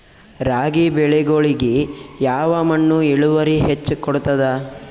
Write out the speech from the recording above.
ರಾಗಿ ಬೆಳಿಗೊಳಿಗಿ ಯಾವ ಮಣ್ಣು ಇಳುವರಿ ಹೆಚ್ ಕೊಡ್ತದ?